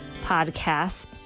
podcast